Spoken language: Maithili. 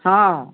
हँ